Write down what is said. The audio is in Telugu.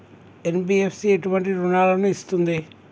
ఎన్.బి.ఎఫ్.సి ఎటువంటి రుణాలను ఇస్తుంది?